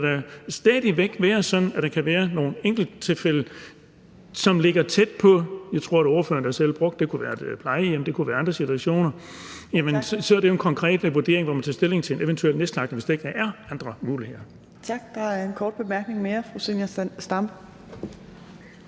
det da stadig væk være sådan, at der kan være nogle enkelttilfælde, som ligger tæt på – jeg tror, det var ordføreren, der selv nævnte det – f.eks. et plejehjem, og det kunne være andre steder, og så er det jo en konkret vurdering, hvor man tager stilling til en eventuel nedslagtning,